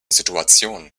situation